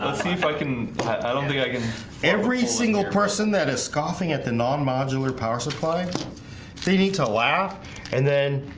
ah like and like and every single person that is scoffing at the non modular power supply they need to laugh and then